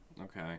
Okay